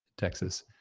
texas,